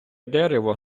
дерево